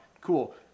Cool